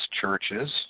churches